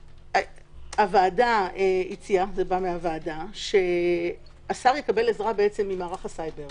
הוועדה הציעה זה בא מהוועדה שהשר יקבל עזרה ממערך הסייבר